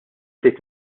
bdejt